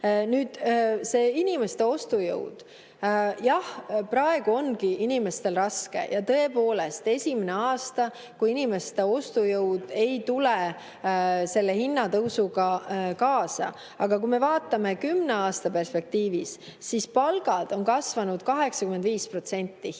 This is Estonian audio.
36%.Nüüd, inimeste ostujõud. Jah, praegu ongi inimestel raske ja tõepoolest, esimene aasta, kui inimeste ostujõud ei tule selle hinnatõusuga kaasa. Aga kui me vaatame kümne aasta perspektiivis, siis palgad on kasvanud 85%, hinnad